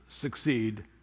succeed